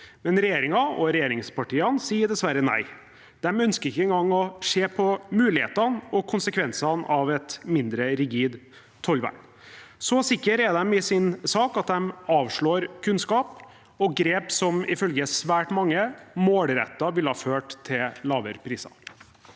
Men regjeringen og regjeringspartiene sier dessverre nei. De ønsker ikke engang å se på mulighetene og konsekvensene av et mindre rigid tollvern. Så sikre er de i sin sak at de avslår kunnskap og grep som ifølge svært mange målrettet ville ført til lavere priser.